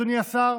אדוני השר,